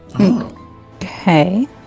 Okay